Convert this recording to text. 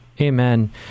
amen